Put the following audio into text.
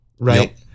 right